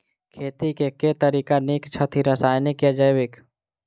खेती केँ के तरीका नीक छथि, रासायनिक या जैविक?